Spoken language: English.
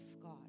God